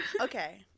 Okay